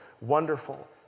Wonderful